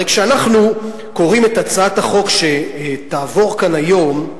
הרי כשאנחנו קוראים את הצעת החוק שתעבור כאן היום,